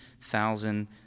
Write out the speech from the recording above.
thousand